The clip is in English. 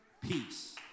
peace